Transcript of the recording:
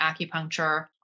acupuncture